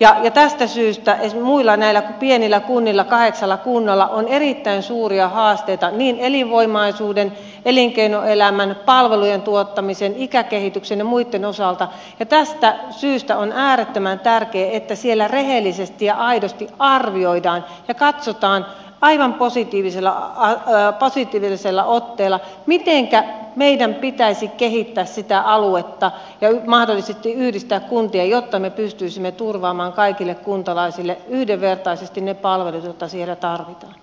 ja tästä syystä muilla näillä pienillä kunnilla kaheksalla kunnalla on erittäin suuria haasteita niin elinvoimaisuuden elinkeinoelämän palvelujen tuottamisen ikäkehityksenmuitten osalta ja tästä syystä on äärettömän tärkeitä siellä rehellisesti ja aidosti arvioidaan ja katsotaan aivan positiivisella ahertajapositiivisella otteella mitenkä meidän pitäisi kehittää sitä aluetta ja mahdollisesti yhdistää kuntia jotka me pystyisimme turvaamaan kaikille kuntalaisille yhdenvertaisesti ne palvelut että siinä tarvitaan